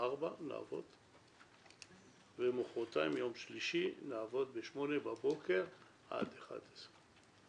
11:00. ביחד זה נותן לנו חמש וחצי שעות עם גם.